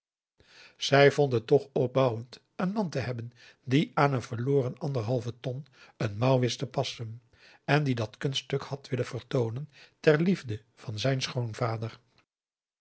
zij vond het toch opbouwend een man te hebben die aan een verloren anderhalve ton n mouw wist te passen en die dat kunststuk had willen vertoonen ter liefde van zijn